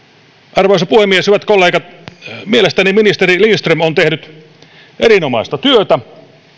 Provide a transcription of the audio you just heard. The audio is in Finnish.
arvoisa puhemies hyvät kollegat mielestäni ministeri lindström on tehnyt erinomaista työtä